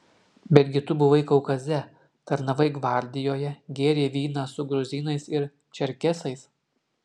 betgi tu buvai kaukaze tarnavai gvardijoje gėrei vyną su gruzinais ir čerkesais